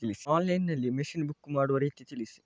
Online ನಲ್ಲಿ machine book ಮಾಡುವ ರೀತಿ ತಿಳಿಸಿ?